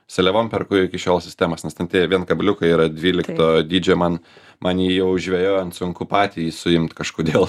seliavom perku iki šiol sistemas nes tan tie vien kabliukai yra dvylikto dydžio man man jau žvejojant sunku patį jį suimt kažkodėl